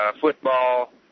football